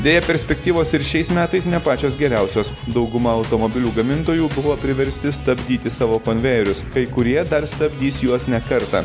deja perspektyvos ir šiais metais ne pačios geriausios dauguma automobilių gamintojų buvo priversti stabdyti savo konvejerius kai kurie dar stabdys juos ne kartą